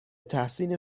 تحسین